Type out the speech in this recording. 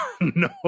no